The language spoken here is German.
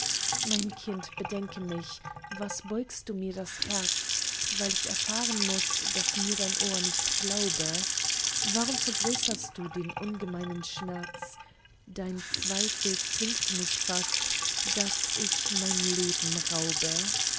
mein kind bedenke mich was beugst du mir das herz weil ich erfahren muß daß mir dein ohr nicht glaube warum vergrößerst du den ungemeinen schmerz dein zweifel zwingt mich fast daß ich mein leben raube